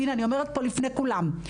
הנה אני אומרת פה בפני כולם,